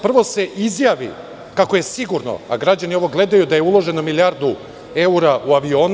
Prvo se izjavi kako je sigurno, a građani ovo gledaju, da je uloženo milijardu evra u avione.